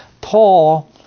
Paul